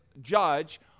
judge